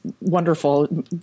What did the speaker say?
wonderful